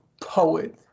poet